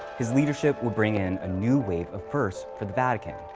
his leadership would bring in a new wave of firsts for the vatican.